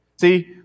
See